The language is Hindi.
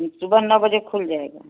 सुबह नौ बजे खुल जाएगा